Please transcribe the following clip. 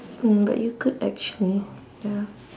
mm but you could actually ya